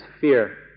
fear